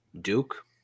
Duke